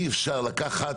אי אפשר לבוא ולקחת